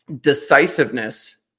decisiveness